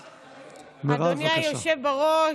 אדוני היושב בראש,